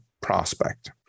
prospect